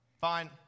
fine